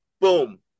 boom